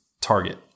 target